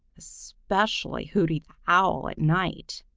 especially hooty the owl at night.